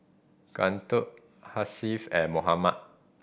Guntur Hasif and Muhammad